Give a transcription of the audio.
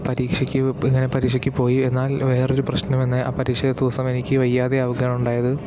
പരീക്ഷയ്ക്ക് ഇങ്ങനെ പരീക്ഷയ്ക്ക് പോയി എന്നാല് വേറൊരു പ്രശ്നം വന്നത് ആ പരീക്ഷാ ദിവസം എനിക്ക് വയ്യാതെ ആവുകയാണ് ഉണ്ടായത്